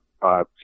five